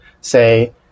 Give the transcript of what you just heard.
say